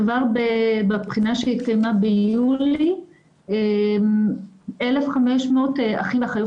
כבר בבחינה שהתקיימה ביולי 1,500 אחים ואחיות